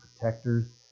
protectors